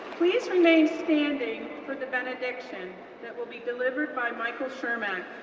please remain standing for the benediction that will be delivered by michael chermak.